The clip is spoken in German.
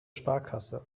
sparkasse